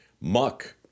muck